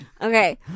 Okay